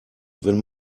wenn